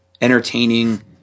entertaining